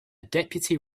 deputy